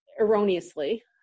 erroneously